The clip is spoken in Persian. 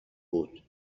بود